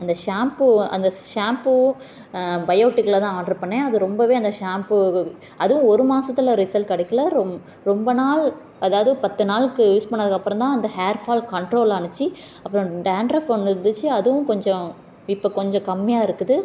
அந்த ஷாம்பு அந்த ஷாம்பு பயோடெக்கில் தான் ஆர்டர் பண்ணிணேன் அது ரொம்பவே அந்த ஷாம்பு அதுவும் ஒரு மாசத்தில் ரிசல்ட் கிடைக்கல ரொம்ப ரொம்ப நாள் அதாவது பத்து நாளுக்கு யூஸ் பண்ணதுக்கப்புறம் தான் அந்த ஹேர்ஃபால் கண்ட்ரோல் ஆகிச்சி அப்புறம் டேன்ட்ரஃப் வந்து இருந்துச்சு அதுவும் கொஞ்சம் இப்போ கொஞ்சம் கம்மியாக இருக்குது